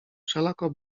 wszelako